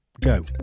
Go